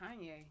Kanye